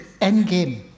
endgame